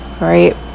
right